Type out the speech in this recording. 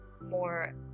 more